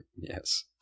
Yes